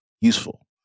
useful